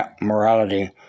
morality